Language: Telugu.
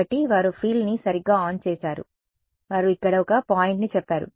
కాబట్టి వారు ఫీల్డ్ని సరిగ్గా ఆన్ చేసారు కాబట్టి వారు ఇక్కడ ఒక పాయింట్ని చెప్పారు